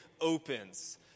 opens